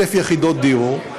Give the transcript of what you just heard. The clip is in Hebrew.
1,000 יחידות דיור,